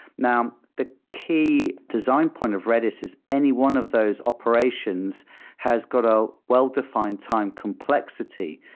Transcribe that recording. now, the key design point of redis is anyone of those operations has got a well-defined time complexity.